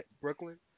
Brooklyn